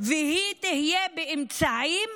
והיא תהיה באמצעים